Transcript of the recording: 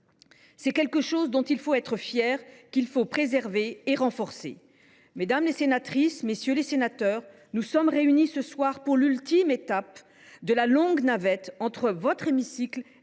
C’est quelque chose dont il faut être fier, qu’il faut préserver et renforcer. Mesdames, messieurs les sénateurs, nous sommes réunis ce soir pour l’ultime étape de la longue navette entre votre hémicycle et celui